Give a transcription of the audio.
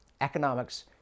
economics